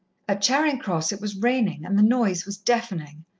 at charing cross it was raining, and the noise was deafening.